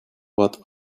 what